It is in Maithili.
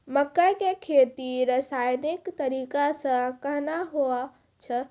मक्के की खेती रसायनिक तरीका से कहना हुआ छ?